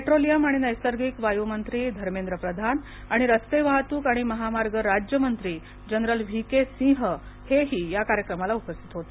petroleum आणि नैसर्गिक वायू मंत्री धर्मेंद्र प्रधान आणि रस्ते वाहतूक आणि महामार्ग राज्य मंत्री जनरल व्ही के सिंह हेही या कार्यक्रमाला उपस्थित होते